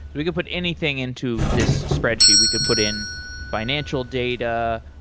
we could put anything into this spreadsheet. we could put in financial data,